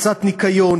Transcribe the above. קצת ניקיון,